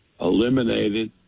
eliminated